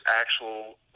actual